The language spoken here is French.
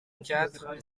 quatre